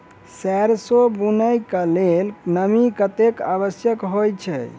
सैरसो बुनय कऽ लेल नमी कतेक आवश्यक होइ छै?